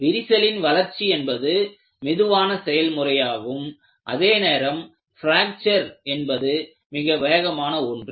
விரிசலின் வளர்ச்சி என்பது மெதுவான செயல்முறையாகும் அதே நேரம் பிராக்சர் என்பது மிக வேகமான ஒன்று